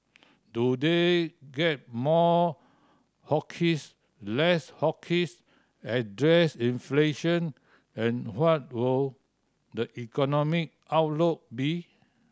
do they get more hawkish less hawkish address inflation and what will the economic outlook be